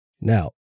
Now